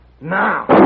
Now